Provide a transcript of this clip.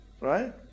right